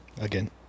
Again